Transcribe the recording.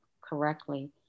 correctly